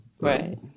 Right